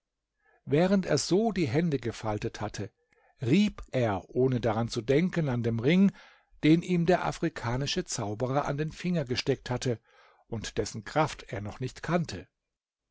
während er so die hände gefaltet hatte rieb er ohne daran zu denken an dem ring den ihm der afrikanische zauberer an den finger gesteckt hatte und dessen kraft er noch nicht kannte